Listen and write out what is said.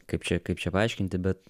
kaip čia kaip čia paaiškinti bet